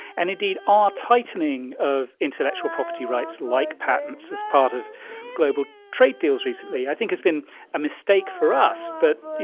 and, indeed, our tightening of intellectual property rights, like patents as part of global trade deals recently, i think has been a mistake for us but, you